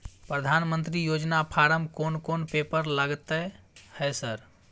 प्रधानमंत्री योजना फारम कोन कोन पेपर लगतै है सर?